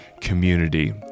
community